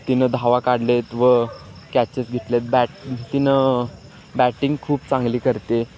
तिनं धावा काढले आहेत व कॅचेस घेतले आहेत बॅट तिनं बॅटिंग खूप चांगली करते